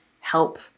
help